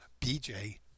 BJ